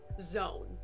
zone